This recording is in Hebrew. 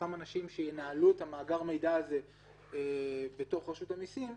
אותם אנשים שינהלו את מאגר המידע הזה בתוך רשות המיסים,